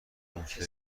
بود، چون